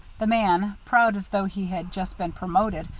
the man, proud as though he had just been promoted,